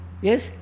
Yes